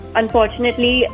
unfortunately